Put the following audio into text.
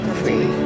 free